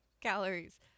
calories